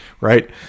right